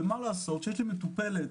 יש לי מטופלת